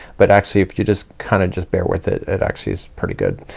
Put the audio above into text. but actually if you just kinda just bare with it, it actually is pretty good.